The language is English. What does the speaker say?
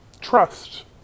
Trust